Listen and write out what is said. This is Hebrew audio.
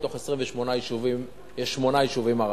מתוך 28 יישובים יש שמונה יישובים ערביים.